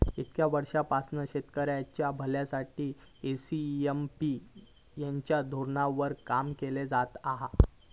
कित्येक वर्षांपासना शेतकऱ्यांच्या भल्यासाठी एस.एम.पी च्या धोरणावर काम केला जाता हा